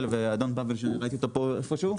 ואדון --- שראיתי אותו פה איפה שהוא,